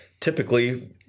Typically